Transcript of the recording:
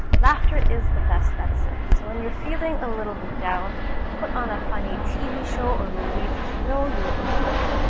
laughter is the best medicine, so when you're feeling a little bit down put on a funny tv show or movie that you know you'll enjoy.